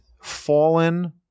fallen